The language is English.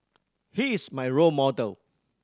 he is my role model